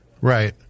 Right